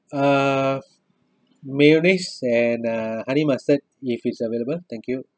uh mayonnaise and uh honey mustard if it's available thank you